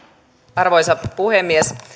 arvoisa puhemies